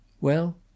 Well